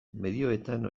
medioetan